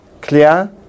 Clear